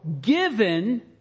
given